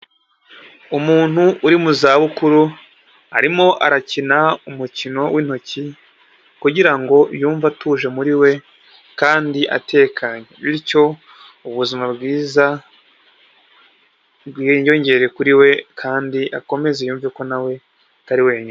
Umuntu uri mu zabukuru, arimo arakina umukino w'intoki, kugira ngo yumve atuje muri we kandi akanye bityo ubuzima bwiza bwiyongere kuri we kandi akomeze yumve ko nawe atari wenyine.